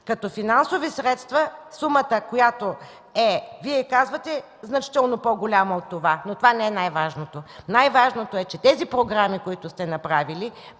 Като финансови средства сумата, която е – Вие казвате значително по-голяма от това, но това не е най-важното. Най-важното е, че програмите, които сте направили,